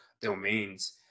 domains